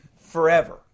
forever